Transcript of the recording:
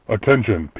Attention